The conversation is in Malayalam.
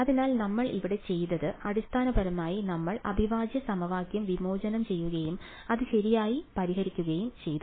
അതിനാൽ നമ്മൾ ഇവിടെ ചെയ്തത് അടിസ്ഥാനപരമായി നമ്മൾ അവിഭാജ്യ സമവാക്യം വിവേചനം ചെയ്യുകയും അത് ശരിയായി പരിഹരിക്കുകയും ചെയ്തു